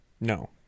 No